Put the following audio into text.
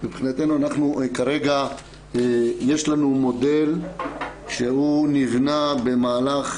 מבחינתנו יש לנו מודל שהוא נבנה במהלך